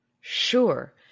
Sure